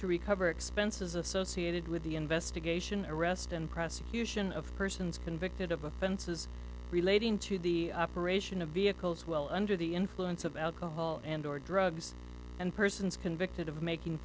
to recover expenses associated with the investigation arrest and prosecution of persons convicted of offenses relating to the operation of vehicles well under the influence of alcohol and or drugs and persons convicted of making